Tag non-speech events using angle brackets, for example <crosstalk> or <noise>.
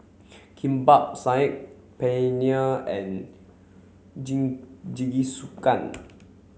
Kimbap Saag Paneer and <unintelligible> Jingisukan